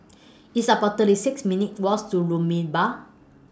It's about thirty six minutes' Walks to Rumbia